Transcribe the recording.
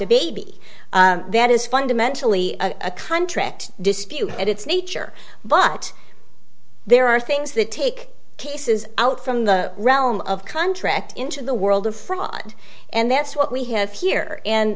a baby that is fundamentally a contract dispute and it's nature but there are things that take cases out from the realm of contract into the world of fraud and that's what we have here and